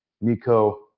Nico